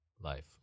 life